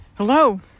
Hello